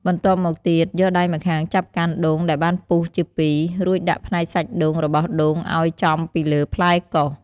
បន្ទាប់មកទៀតយកដៃម្ខាងចាប់កាន់ដូងដែលបានពុះជាពីរ រួចដាក់ផ្នែកសាច់ដូងរបស់ដូងឱ្យចំពីលើផ្លែកោស។